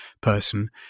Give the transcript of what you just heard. person